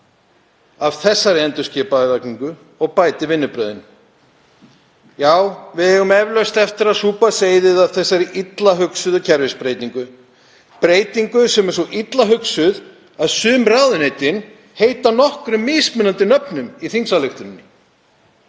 af þessari endurskipulagningu og bæti vinnubrögðin. Já, við eigum eflaust eftir að súpa seyðið af þessari illa hugsuðu kerfisbreytingu, breytingu sem er svo illa hugsuð að sum ráðuneytin heita nokkrum mismunandi nöfnum í þingsályktunartillögunni,